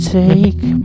take